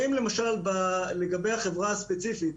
לגבי החברה הספציפית,